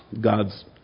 God's